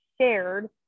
shared